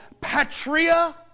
patria